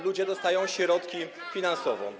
Ludzie dostają środki finansowe.